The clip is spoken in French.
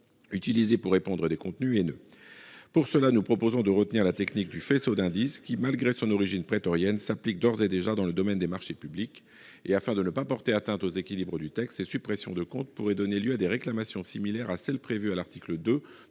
utilisés pour répandre des contenus haineux. Pour cela, nous proposons de retenir la technique du faisceau d'indices, qui, malgré son origine prétorienne, s'applique d'ores et déjà dans le domaine des marchés publics. Afin de ne pas porter atteinte aux équilibres du texte, ces suppressions de comptes pourraient donner lieu à des réclamations similaires à celles qui sont prévues à l'article 2